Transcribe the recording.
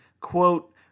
quote